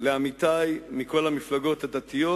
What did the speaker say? לעמיתי מכל המפלגות הדתיות,